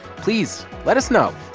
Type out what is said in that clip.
please let us know.